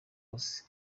hose